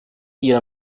ihrer